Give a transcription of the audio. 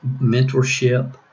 mentorship